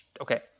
okay